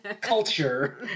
culture